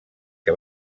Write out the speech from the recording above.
que